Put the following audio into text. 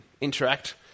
interact